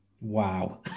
wow